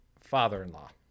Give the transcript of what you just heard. father-in-law